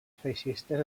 feixistes